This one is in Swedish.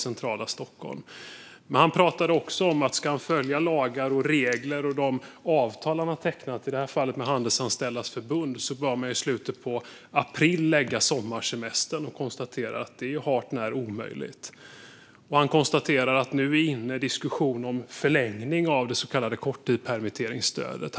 Han pratade också om att om han ska följa lagar och regler och de avtal han har tecknat, i det här fallet med Handelsanställdas förbund, borde han i slutet av april ha lagt schemat för sommarsemestern, och han konstaterade att det var hart när omöjligt. Han konstaterade också att vi nu är inne i en diskussion om förlängning av det så kallade korttidspermitteringsstödet.